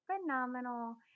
phenomenal